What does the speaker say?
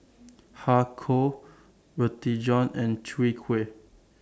Har Kow Roti John and Chwee Kueh